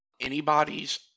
anybody's